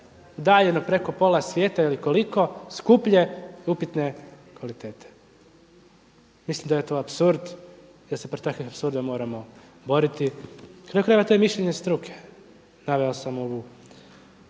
dalje na preko pola svijeta ili koliko skuplje i upitne kvalitete. Mislim da je to apsurd i da se pred takvim sudom moramo boriti. Na kraju krajeva to je mišljenje struke. Naveo sam ovu,